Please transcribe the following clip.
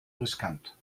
riskant